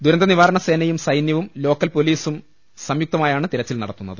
ദുരന്ത നിവാരണ സേനയും സൈനൃവും ലോക്കൽ പോലീസും സംയുക്ത മായാണ് തിരച്ചിൽ നടത്തുന്നത്